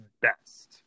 best